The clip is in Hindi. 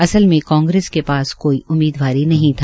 असल में कांग्रेस के पास उम्मीदवार ही नहीं था